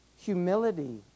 humility